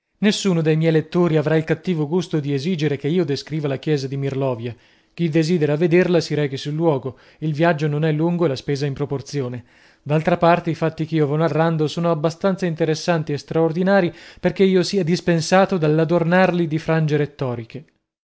nessuno de miei lettori avrà il cattivo gusto di esigere che io descriva la chiesa di mirlovia chi desidera vederla si rechi sul luogo il viaggio non è lungo e la spesa in proporzione d'altra parte i fatti che io vo narrando sono abbastanza interessanti e straordinar perchè io sia dispensato dallo adornarli di frangie rettoriche